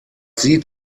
sieht